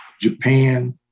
Japan